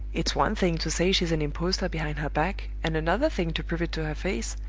it's one thing to say she's an impostor behind her back, and another thing to prove it to her face,